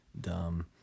dumb